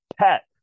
pet